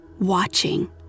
watching